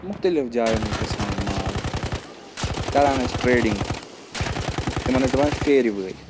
مُختٔلِف جایَن اوس گَژھان یہِ مال کَران ٲسۍ ٹرٛیڈِنٛگ تِمَن ٲسۍ دَپان پھیرِ وٲلۍ